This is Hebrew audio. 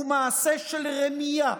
הוא מעשה של רמייה.